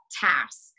task